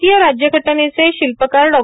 भारतीय राज्यघटनेचे शिल्पकार डॉ